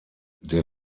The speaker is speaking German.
der